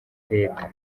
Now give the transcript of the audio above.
leta